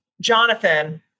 Jonathan